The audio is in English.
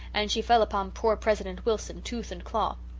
and she fell upon poor president wilson tooth and claw.